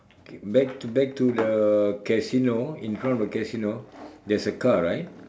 back to back to the casino in front of the casino there's a car right